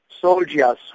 soldiers